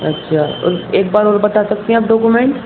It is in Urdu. اچھا اور ایک بار اور بتا سکتی ہیں آپ ڈاکیومنٹ